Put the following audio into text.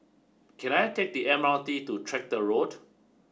can I take the M R T to Tractor Road